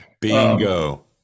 Bingo